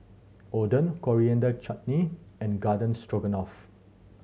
Oden Coriander Chutney and Garden Stroganoff